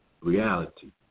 Reality